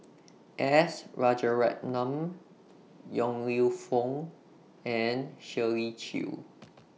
S Rajaratnam Yong Lew Foong and Shirley Chew